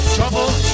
Trouble